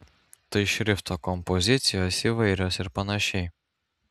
tai šrifto kompozicijos įvairios ir panašiai